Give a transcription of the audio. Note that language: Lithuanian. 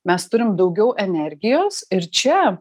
mes turim daugiau energijos ir čia